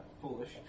foolish